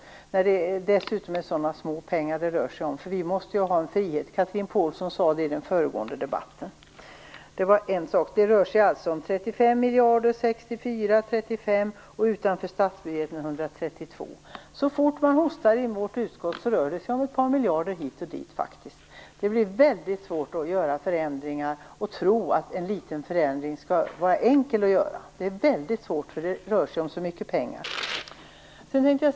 Det rör sig dessutom om så små belopp. Vi måste väl ändå ha en frihet här. Chatrine Pålsson sade samma sak i föregående debatt. Det rör sig alltså om 35, 64, 35 och, utanför statsbudgeten, 132 miljarder kronor. Så fort man hostar i vårt utskott rör det sig faktiskt om ett par miljarder hit eller dit. Det blir väldigt svårt att göra förändringar om man tror att varje liten förändring är enkel att göra. Det är tvärtom väldigt svårt, eftersom det rör sig om så mycket pengar.